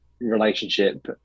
relationship